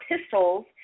pistols